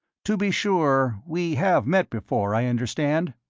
to be sure, we have met before, i understand?